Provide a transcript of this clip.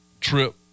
trip